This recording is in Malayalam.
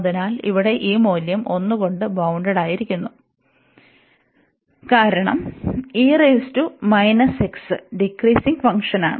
അതിനാൽ ഇവിടെ ഈ മൂല്യം 1 കൊണ്ട് ബൌൺഡ്ടായിരിക്കുന്നു കാരണം ഡിക്രീസിങ് ഫംഗ്ഷനാണ്